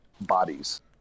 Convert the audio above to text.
bodies